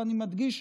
ואני מדגיש,